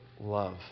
love